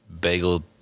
bagel